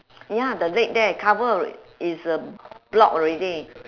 ya the leg there cover is uh block already